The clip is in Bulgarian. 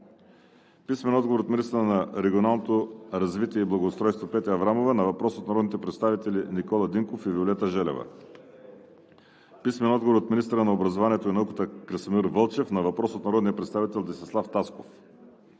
Гьоков; – министъра на регионалното развитие и благоустройството Петя Аврамова на въпрос от народните представители Никола Динков и Виолета Желева; – министъра на образованието и науката Красимир Вълчев на въпрос от народния представител Десислав Тасков;